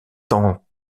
tend